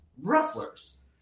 wrestlers